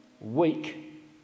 weak